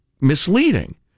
misleading